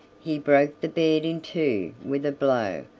he broke the bed in two with a blow,